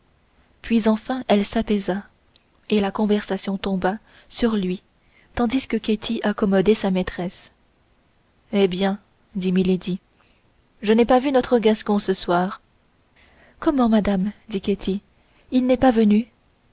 puis enfin elle s'apaisa et la conversation tomba sur lui tandis que ketty accommodait sa maîtresse eh bien dit milady je n'ai pas vu notre gascon ce soir comment madame dit ketty il n'est pas venu